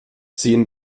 ziehen